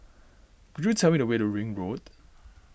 could you tell me the way to Ring Road